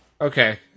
Okay